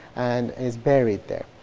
and is buried there.